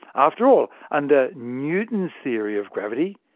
after all, under newton's theory of gravity,